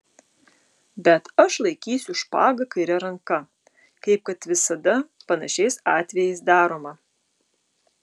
bet aš laikysiu špagą kaire ranka kaip kad visada panašiais atvejais daroma